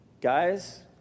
Guys